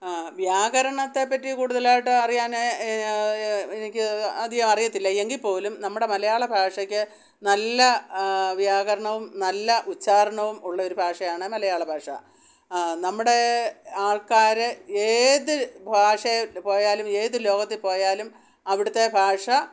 വ്യാകരണത്തെപ്പറ്റി കൂടുതലായിട്ട് അറിയാൻ എനിക്ക് അധികം അറിയത്തില്ല എങ്കിൽപ്പോലും നമ്മുടെ മലയാള ഭാഷയ്ക്ക് നല്ല വ്യാകരണവും നല്ല ഉച്ചാരണവും ഉള്ള ഒരു ഭാഷയാണ് മലയാളഭാഷ നമ്മുടെ ആൾക്കാർ ഏതു ഭാഷയിൽ പോയാലും ഏത് ലോകത്തിൽ പോയാലും അവിടുത്തെ ഭാഷ